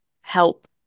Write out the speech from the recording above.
help